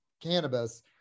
cannabis